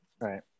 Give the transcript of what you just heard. right